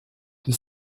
the